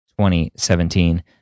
2017